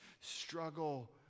struggle